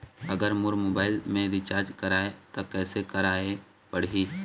अगर मोर मोबाइल मे रिचार्ज कराए त कैसे कराए पड़ही?